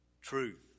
Truth